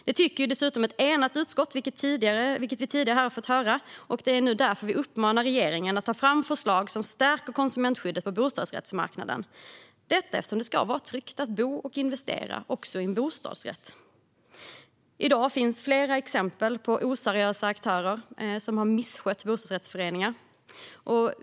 Det tycker dessutom ett enat utskott, vilket vi tidigare här har fått höra, och det är därför vi nu uppmanar regeringen att ta fram förslag som stärker konsumentskyddet på bostadsrättsmarknaden. Detta eftersom det ska vara tryggt att bo och investera också i en bostadsrätt. I dag finns flera exempel på hur oseriösa aktörer har misskött bostadsrättsföreningar.